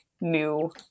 new